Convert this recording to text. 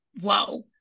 Whoa